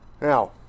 Now